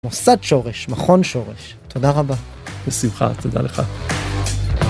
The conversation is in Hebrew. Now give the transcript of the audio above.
מוסד שורש, מכון שורש. תודה רבה. בשמחה, תודה לך.